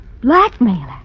Blackmailer